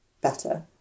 better